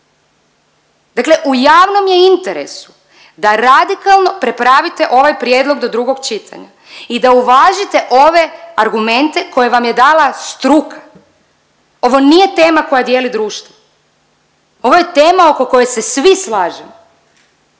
dakle u javnom je interesu da radikalno prepravite ovaj prijedlog do drugog čitanja i da uvažite ove argumente koje vam je dala struka, ovo nije tema koja dijeli društvo, ovo je tema oko koje se svi slažemo.